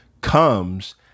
comes